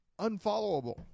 unfollowable